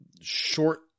Short